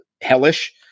hellish